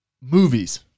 Movies